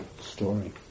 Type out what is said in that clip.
story